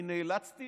אני נאלצתי